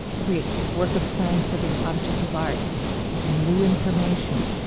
every work of science, every object of art is new information.